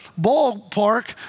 ballpark